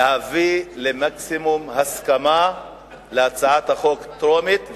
להביא למקסימום הסכמה להצעת החוק בקריאה טרומית.